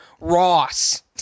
Ross